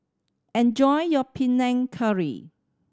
enjoy your Panang Curry